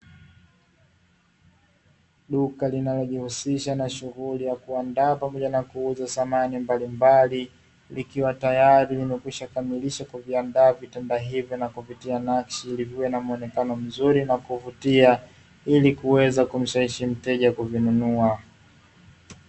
Duka linalojihusisha na shughuli ya kuandaa pamoja na kuuza samahani mbalimbali, likiwa tayari limekwishakamilisha kuviandaa vitanda hivyo na kuvitia nakshi, iliviwe na muonekano mzuri na kuvutia ili kuweza kumshawishi mteja kuvinunua.